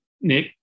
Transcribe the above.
Nick